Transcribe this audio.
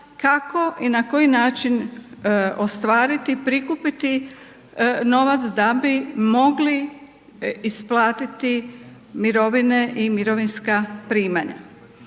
kako i na koji način ostvariti prikupiti novac da bi mogli isplatiti mirovine i mirovinska primanja.